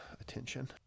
attention